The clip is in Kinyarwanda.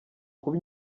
kuba